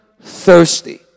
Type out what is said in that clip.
thirsty